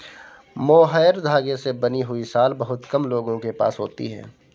mohair धागे से बनी हुई शॉल बहुत कम लोगों के पास होती है